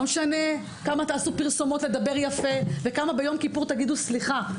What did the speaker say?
לא משנה כמה תעשו פרסומות לדבר יפה וכמה תגידו סליחה ביום כיפור.